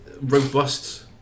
robust